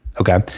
Okay